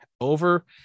over